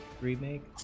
remake